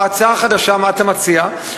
בהצעה החדשה, מה אתה מציע?